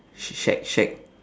sh~ shack shack